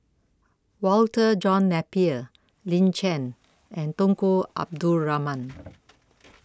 Walter John Napier Lin Chen and Tunku Abdul Rahman